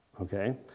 Okay